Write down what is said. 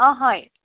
অঁ হয়